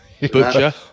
Butcher